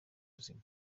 buzima